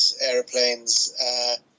aeroplanes